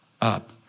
up